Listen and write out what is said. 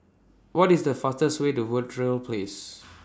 What IS The fastest Way to Verde Place